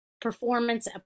performance